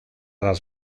las